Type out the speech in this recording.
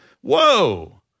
whoa